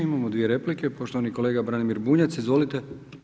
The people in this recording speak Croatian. Imamo dvije replike, poštovani kolega Branimir Bunjac, izvolite.